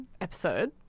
Episode